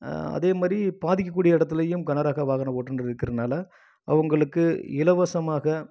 அதேமாதிரி பாதிக்கக்கூடிய இடத்துலையும் கனரக வாகன ஓட்டுனர்கள் இருக்கிறதுனால அவங்களுக்கு இலவசமாக